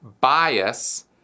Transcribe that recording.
bias